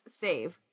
save